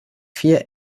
vier